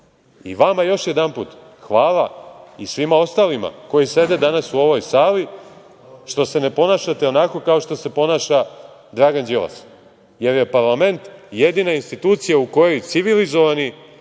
još jedanput hvala i svima ostalima koji sede danas u ovoj sali, što se ne ponašate onako kao što se ponaša Dragan Đilas, jer je parlament jedina institucija u kojoj civilizovani